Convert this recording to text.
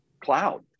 cloud